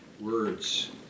Words